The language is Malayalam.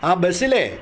ആ ബസ്സിലെ